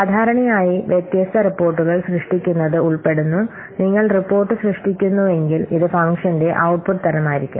സാധാരണയായി വ്യത്യസ്ത റിപ്പോർട്ടുകൾ സൃഷ്ടിക്കുന്നത് ഉൾപ്പെടുന്നു നിങ്ങൾ റിപ്പോർട്ട് സൃഷ്ടിക്കുന്ന്നുവെങ്കിൽ ഇത് ഫംഗ്ഷന്റെ ഔട്ട്പുട്ട് തരമായിരിക്കും